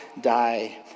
die